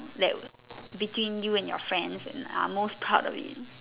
that will between you and your friends and are most proud of it